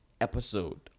episode